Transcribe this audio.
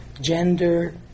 gender